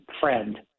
friend